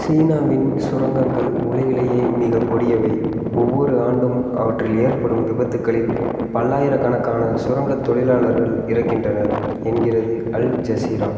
சீனாவின் சுரங்கங்கள் உலகிலேயே மிகக் கொடியவை ஒவ்வொரு ஆண்டும் அவற்றில் ஏற்படும் விபத்துகளில் பல்லாயிரக்கணக்கான சுரங்கத் தொழிலாளர்கள் இறக்கின்றனர் என்கிறது அல் ஜஸீரா